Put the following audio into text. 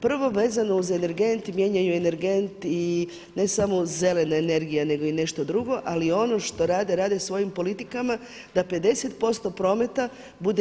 Prvo vezano uz energent mijenjaju energent i ne samo zelena energija nego i nešto drugo, ali i ono što rade, rade svojim politikama da 50% prometa bude